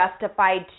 justified